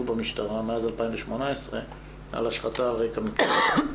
במשטרה מאז 2018 על השחתה על רקע מגדרי.